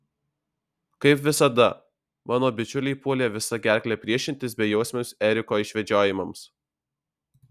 kaip visada mano bičiuliai puolė visa gerkle priešintis bejausmiams eriko išvedžiojimams